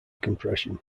compression